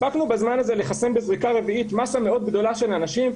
בזמן הזה הספקנו לחסן בחיסון רביעי מסה מאוד גדולה של אנשים,